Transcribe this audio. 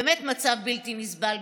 באמת מצב בלתי נסבל.